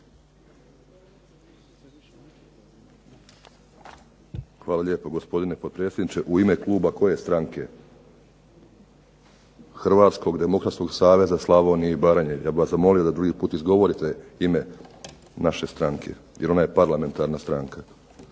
Hvala lijepo gospodine potpredsjedniče. U ime kluba koje stranke? HDSSB-a, ja bih vas zamolio da drugi puta izgovorite ime naše stranke, jer ona je parlamentarna stranka